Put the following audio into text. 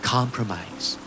Compromise